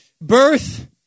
Birth